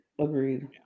agreed